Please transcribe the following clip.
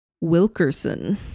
Wilkerson